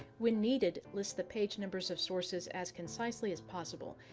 when needed, list the page numbers of sources as concisely as possible.